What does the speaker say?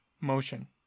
motion